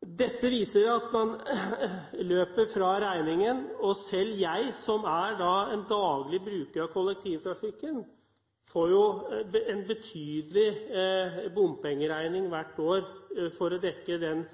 Dette viser at man løper fra regningen, og selv jeg som er en daglig bruker av kollektivtrafikken, får en betydelig bompengeregning hvert år for å dekke den